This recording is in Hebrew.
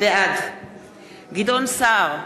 בעד גדעון סער,